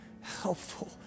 helpful